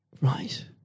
Right